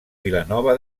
vilanova